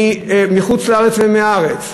של אנשים מחוץ-לארץ ומהארץ,